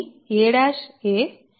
daa